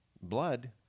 Blood